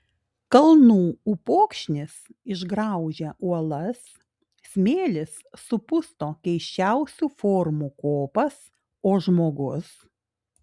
kalnų upokšnis išgraužia uolas smėlis supusto keisčiausių formų kopas o žmogus